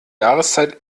jahreszeit